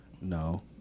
no